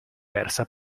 persa